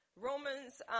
Romans